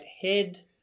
head